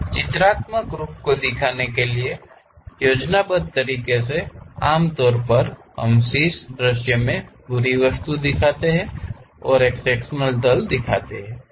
चित्रात्मक रूप को दिखाने के लिए योजनाबद्ध तरीके से आमतौर पर हम शीर्ष दृश्य में पूरी वस्तु दिखाते हैं और एक सेक्शन तल दिखाते है